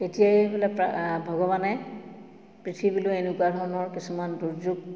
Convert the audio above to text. তেতিয়াই বোলে ভগৱানে পৃথিৱীলৈ এনেকুৱা ধৰণৰ কিছুমান দুৰ্যোগ